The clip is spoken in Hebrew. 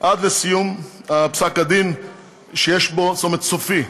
עד לסיום פסק הדין שיש בו, זאת אומרת, סופי.